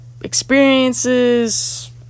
experiences